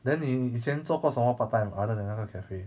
then 你以前做过什么 part time other than 那个 cafe